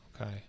okay